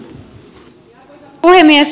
arvoisa puhemies